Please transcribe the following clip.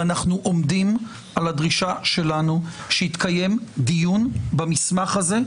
ואנחנו עומדים על הדרישה שלנו שיתקיים דיון במסמך הזה,